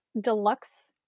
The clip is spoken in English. Deluxe